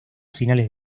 finales